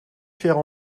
faire